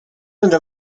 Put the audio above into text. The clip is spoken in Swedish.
undrar